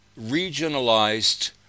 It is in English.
regionalized